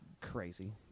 crazy